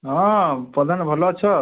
ହଁ ପ୍ରଧାନ ଭଲ ଅଛ